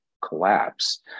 Collapse